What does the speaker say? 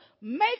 make